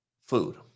food